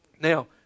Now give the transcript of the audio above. Now